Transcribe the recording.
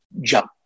jump